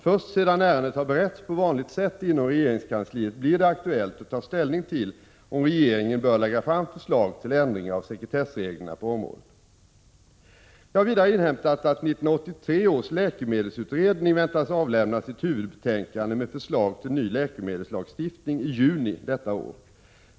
Först sedan ärendet har beretts på vanligt sätt inom regeringskansliet blir det aktuellt att ta ställning till om regeringen bör lägga fram förslag till ändring av sekretessreglerna på området. Jag har vidare inhämtat att 1983 års läkemedelsutredning väntas avlämna sitt huvudbetänkande med förslag till ny läkemedelslagstiftning i juni detta år.